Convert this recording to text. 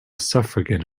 suffragan